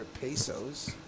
pesos